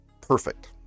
Perfect